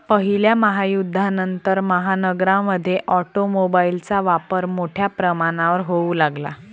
पहिल्या महायुद्धानंतर, महानगरांमध्ये ऑटोमोबाइलचा वापर मोठ्या प्रमाणावर होऊ लागला